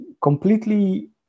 completely